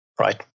Right